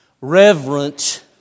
reverent